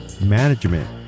management